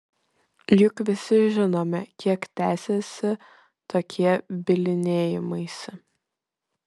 juk visi žinome kiek tęsiasi tokie bylinėjimaisi